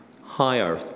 higher